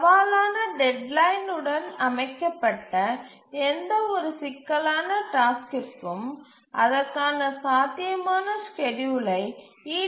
சவாலான டெட்லைன் உடன் அமைக்கப்பட்ட எந்தவொரு சிக்கலான டாஸ்க்கிற்கும் அதற்கான சாத்தியமான ஸ்கேட்யூலை ஈ